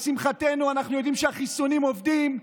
לשמחתנו אנחנו יודעים שהחיסונים עובדים,